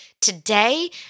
today